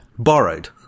borrowed